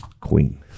Queen